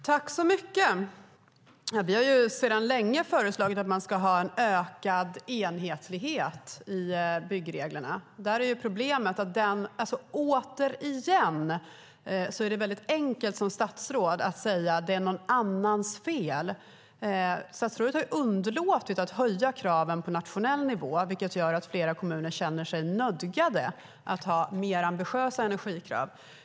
Herr talman! Vi har länge föreslagit att det ska vara ökad enhetlighet i byggreglerna. Återigen: Som statsråd är det enkelt att säga att det är någon annans fel. Men statsrådet har underlåtit att höja kraven på nationell nivå, vilket gör att flera kommuner känner sig nödgade att ha mer ambitiösa energikrav.